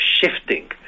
shifting